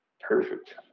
Perfect